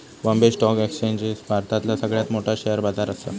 Bombay stock exchange भारतातला सगळ्यात मोठो शेअर बाजार असा